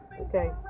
okay